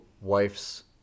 wife's